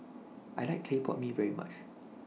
I like Clay Pot Mee very much